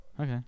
Okay